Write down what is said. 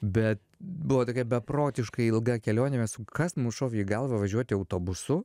bet buvo tokia beprotiškai ilga kelionė mes kas mum šovė į galvą važiuoti autobusu